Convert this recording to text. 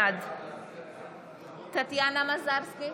בעד טטיאנה מזרסקי,